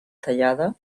tallada